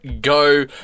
Go